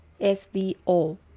SVO